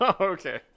okay